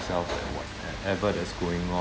and whatever that's going on